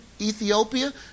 Ethiopia